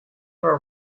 were